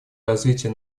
развитие